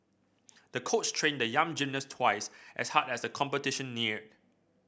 the coach trained the young gymnast twice as hard as the competition neared